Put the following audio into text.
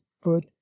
foot